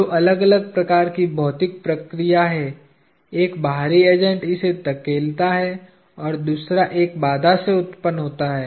दो अलग अलग प्रकार की भौतिक प्रक्रियाएं है एक बाहरी एजेंट इसे धकेलता है और दूसरा एक बाधा से उत्त्पन्न होती है